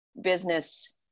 business